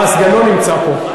אה, סגנו נמצא פה.